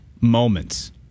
moments